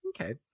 Okay